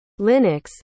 Linux